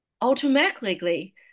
automatically